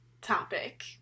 topic